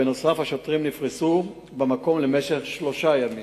ונוסף על כך השוטרים נפרסו במקום במשך שלושה ימים.